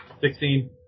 sixteen